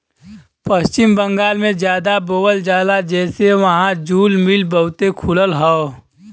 पश्चिम बंगाल में जादा बोवल जाला जेसे वहां जूल मिल बहुते खुलल हौ